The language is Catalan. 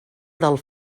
del